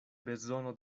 bezono